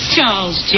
Charles